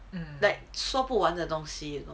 like 说不完的东西 you know